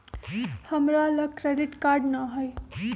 हमरा लग credit card नऽ हइ